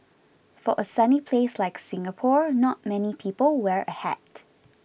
for a sunny place like Singapore not many people wear a hat